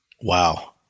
Wow